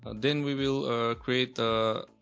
and then we will create a